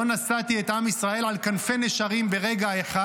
לא נשאתי את עם ישראל על כנפי נשרים ברגע אחד,